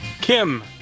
Kim